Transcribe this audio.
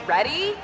Ready